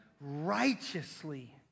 righteously